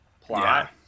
plot